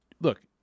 look